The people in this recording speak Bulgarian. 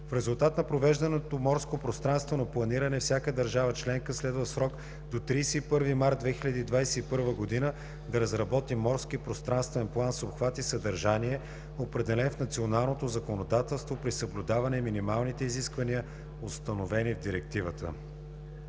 В резултат на провежданото морско пространствено планиране всяка държава членка следва в срок до 31 март 2021 г. да разработи морски пространствен план с обхват и съдържание, определен в националното законодателство, при съблюдаване минималните изисквания, установени в Директивата.“